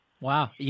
Wow